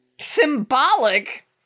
Symbolic